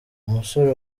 umusore